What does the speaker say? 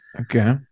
Okay